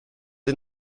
did